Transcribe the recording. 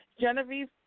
Genevieve